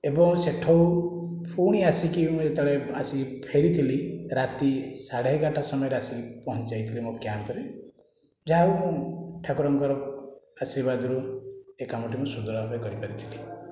ଏବଂ ସେହିଠାରୁ ଫୁଣି ଆସିକି ମୁଁ ଯେତେବେଳେ ଆସିକି ଫେରିଥିଲି ରାତି ସାଢ଼େ ଏଗାରଟା ସମୟରେ ଆସିକି ପହଞ୍ଚି ଯାଇଥିଲି ମୋ କ୍ୟାମ୍ପରେ ଯାହା ହେଉ ମୁଁ ଠାକୁରଙ୍କର ଆଶୀର୍ବାଦରୁ ଏ କାମଟି ମୁଁ ସୁଦୃଢ଼ ଭାବରେ କରି ପାରିଥିଲି